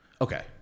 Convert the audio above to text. Okay